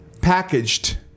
packaged